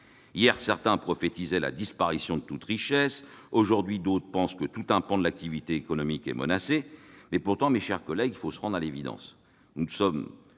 Hier, certains prophétisaient la disparition de toutes richesses ; aujourd'hui, d'autres pensent que tout un pan de l'activité économique est menacé. Mes chers collègues, il faut se rendre à l'évidence : nous n'en sommes,